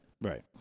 Right